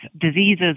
diseases